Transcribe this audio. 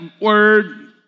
word